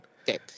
Okay